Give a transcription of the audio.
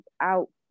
out